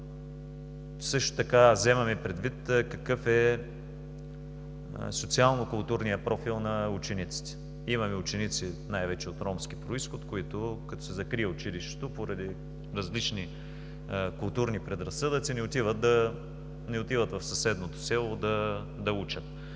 Също така вземаме предвид какъв е социално-културният профил на учениците. Имаме ученици – най-вече от ромски произход, които, като се закрие училището поради различни културни предразсъдъци, не отиват да учат в съседното село.